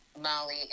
Molly